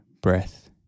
breath